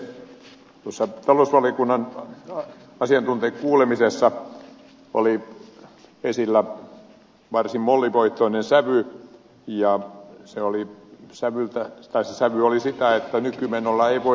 talousvaliokunnan asiantuntijoiden kuulemisessa oli esillä varsin mollivoittoinen sävy ja se sävy oli sitä että nykymenolla ei voida jatkaa